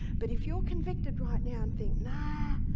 but if you're convicted right now and think, nah,